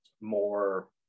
more